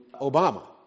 Obama